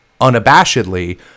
unabashedly